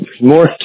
more